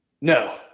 no